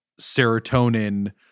serotonin